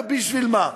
בשביל מה?